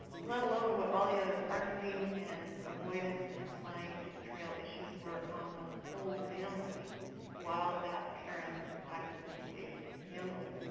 let alone what all the other arguing and avoidance and lying and betrayal issues were on the whole family while that parent was actively engaged in gambling.